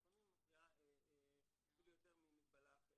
לפעמים היא מפריעה אפילו יותר ממגבלה אחרת.